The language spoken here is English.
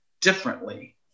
differently